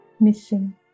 Missing